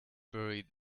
buried